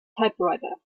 typewriter